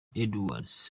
edwards